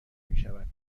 میشود